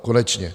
Konečně!